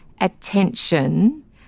attention